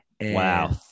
Wow